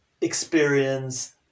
experience